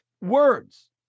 words